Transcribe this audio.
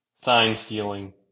sign-stealing